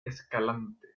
escalante